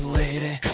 lady